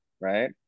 Right